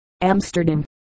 Amsterdam